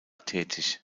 tätig